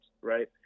Right